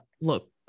look